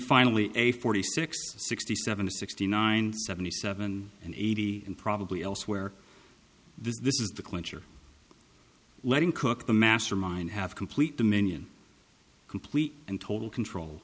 finally a forty six to sixty seven to sixty nine seventy seven and eighty and probably elsewhere this is the clincher letting cook the mastermind have complete dominion complete and total control